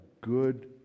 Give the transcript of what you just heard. good